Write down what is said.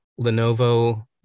Lenovo